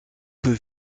peut